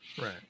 Right